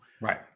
Right